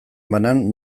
banan